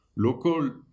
Local